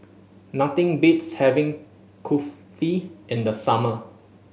nothing beats having Kulfi in the summer